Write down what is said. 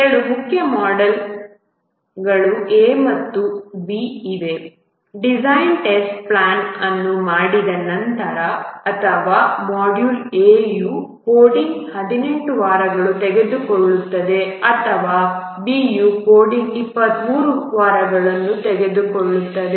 ಎರಡು ಮುಖ್ಯ ಮಾಡ್ಯೂಲ್ಗಳು A ಮತ್ತು B ಇವೆ ಡಿಸೈನ್ ಟೆಸ್ಟ್ ಪ್ಲಾನ್ ಅನ್ನು ಮಾಡಿದ ನಂತರ ಅಥವಾ ಮಾಡ್ಯೂಲ್ A ಯ ಕೋಡಿಂಗ್ 18 ವಾರಗಳನ್ನು ತೆಗೆದುಕೊಳ್ಳುತ್ತದೆ ಅಥವಾ B ಯ ಕೋಡಿಂಗ್ 23 ವಾರಗಳನ್ನು ತೆಗೆದುಕೊಳ್ಳುತ್ತದೆ